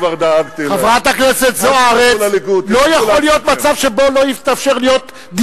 אנחנו לא הבעיה שלך.